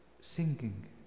singing